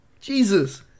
Jesus